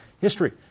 history